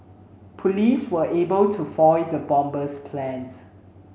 police were able to foil the bomber's plans